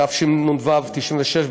התשנ"ו 1996,